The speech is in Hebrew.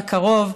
בקרוב,